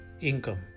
income